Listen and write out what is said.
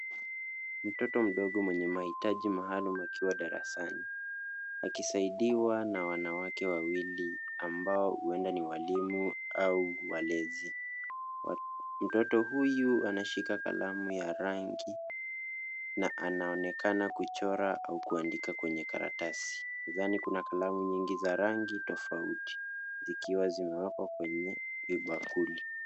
Mtoto mdogo mwenye mahitaji maalum akiwa darasani akisaidiwa na wanawake wawili ambao huenda ni walimu au walezi. Mtoto huyu anashika kalamu ya rangi na anaonekana kuchora au kuandika kwenye karatasi. Ndani kuna kalamu nyingi za rangi tofauti zikiwa zimewekwa kwenye vibakuli.